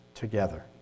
together